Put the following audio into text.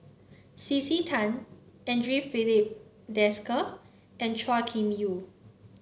C C Tan Andre Filipe Desker and Chua Kim Yeow